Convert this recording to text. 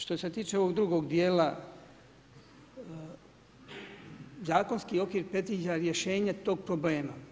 Što se tiče ovog drugog dijela zakonski okvir predviđa rješenje tog problema.